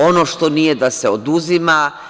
Ono što nije, da se oduzima.